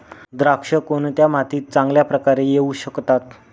द्राक्षे कोणत्या मातीत चांगल्या प्रकारे येऊ शकतात?